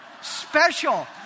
special